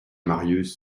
marius